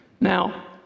Now